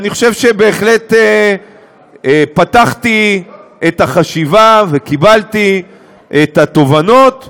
אני חושב שבהחלט פתחתי את החשיבה וקיבלתי את התובנות.